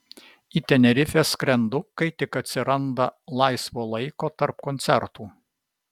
į tenerifę skrendu kai tik atsiranda laisvo laiko tarp koncertų